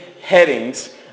headings